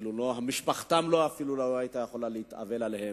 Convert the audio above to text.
ואפילו משפחתם לא היתה יכולה להתאבל עליהם.